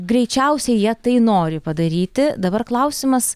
greičiausiai jie tai nori padaryti dabar klausimas